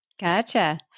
Gotcha